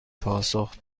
پاسخ